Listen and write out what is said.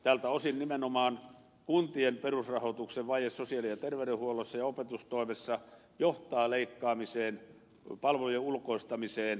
tältä osin nimenomaan kuntien perusrahoituksen vaje sosiaali ja terveydenhuollossa ja opetustoimessa johtaa leikkaamiseen ja palvelujen ulkoistamiseen